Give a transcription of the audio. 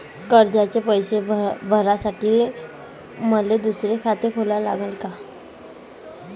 कर्जाचे पैसे भरासाठी मले दुसरे खाते खोला लागन का?